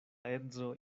edzo